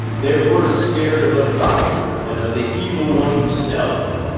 they're worse scared of a doctor than of the evil one himself.